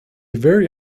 very